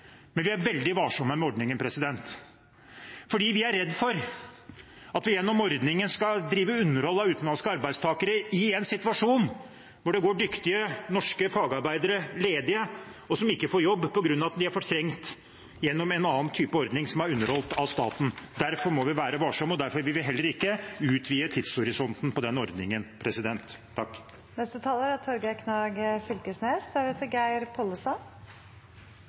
men vi er veldig varsomme med ordningen. Vi er redde for at vi gjennom ordningen skal drive underhold av utenlandske arbeidstakere i en situasjon hvor det går dyktige norske fagarbeidere ledige, som ikke får jobb fordi de er fortrengt av en annen ordning som er underholdt av staten. Derfor må vi være varsomme, og derfor vil vi heller ikke utvide tidshorisonten på den ordningen.